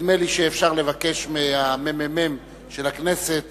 אפשר לבקש מהממ"מ של הכנסת